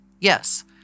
Yes